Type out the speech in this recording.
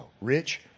rich